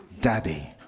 daddy